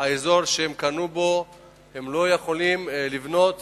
לא ניתן לבנות